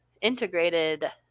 integrated